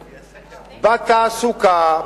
בתעסוקה,